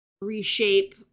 reshape